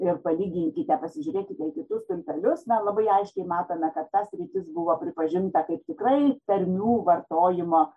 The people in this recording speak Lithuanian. ir palyginkite pasižiūrėkite į du stulpelius na labai aiškiai matome kad ta sritis buvo pripažinta kaip tikrai tarmių vartojimo